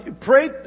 Pray